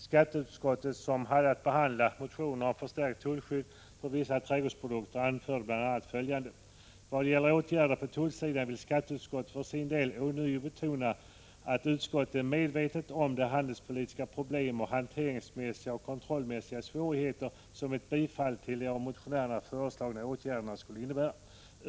Skatteutskottet, som hade att behandla motioner om förstärkt tullskydd för vissa trädgårdsprodukter, anförde bl.a. följande: ”Vad gäller åtgärder på tullsidan vill skatteutskottet för sin del ånyo betona att utskottet är medvetet om de handelspolitiska problem och hanteringsmässiga och kontrollmässiga svårigheter som ett bifall till de av motionärerna föreslagna åtgärderna skulle innebära.